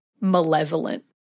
malevolent